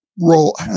role